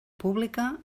pública